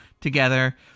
together